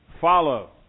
Follow